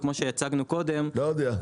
וכמו שהצגנו קודם --- לא יודע,